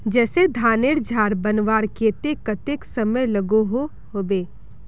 जैसे धानेर झार बनवार केते कतेक समय लागोहो होबे?